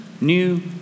new